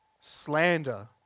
slander